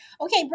okay